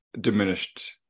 diminished